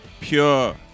pure